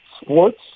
Sports